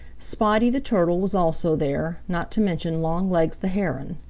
spotty the turtle was also there, not to mention longlegs the heron.